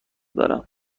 دارم